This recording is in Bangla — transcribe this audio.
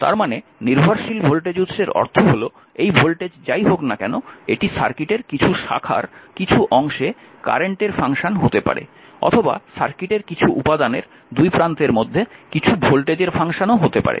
তার মানে নির্ভরশীল ভোল্টেজ উৎসের অর্থ হল এই ভোল্টেজ যাই হোক না কেন এটি সার্কিটের কিছু শাখার কিছু অংশে কারেন্টের ফাংশন হতে পারে অথবা সার্কিটের কিছু উপাদানের দুই প্রান্তের মধ্যে কিছু ভোল্টেজের ফাংশনও হতে পারে